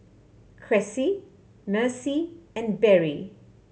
Cressie Mercy and Berry